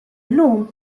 llum